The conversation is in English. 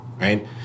right